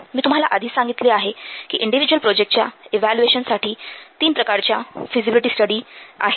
मी तुम्हाला आधीच सांगितले आहे कि इंडिव्हिज्युअल प्रोजेक्टसच्या इव्हॅल्युएशनसाठी तीन प्रकारच्या फिजिबिलिटी स्टडी आहेत